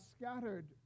scattered